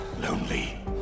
lonely